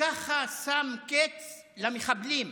"ככה שם קץ למחבלים"